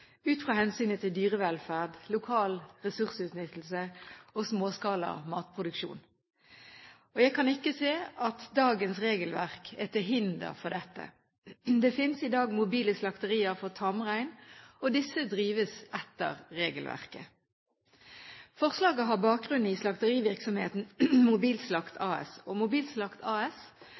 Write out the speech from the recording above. ut fra hensynet til dyrevelferd, lokal ressursutnyttelse og småskala matproduksjon. Jeg kan ikke se at dagens regelverk er til hinder for dette. Det finnes i dag mobile slakterier for tamrein, og disse drives etter regelverket. Forslaget har bakgrunn i slakterivirksomheten Mobilslakt AS.